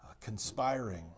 conspiring